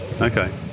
Okay